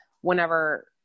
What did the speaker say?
whenever